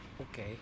Okay